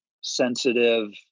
sensitive